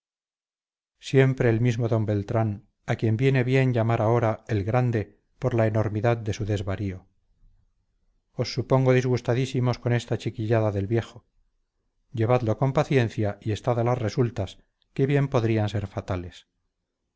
siempre el mismo d beltrán a quien viene bien llamar ahora el grande por la enormidad de su desvarío os supongo disgustadísimos con esta chiquillada del viejo llevadlo con paciencia y estad a las resultas que bien podrían ser fatales